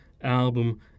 album